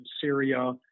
Syria